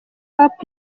app